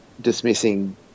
dismissing